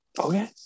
Okay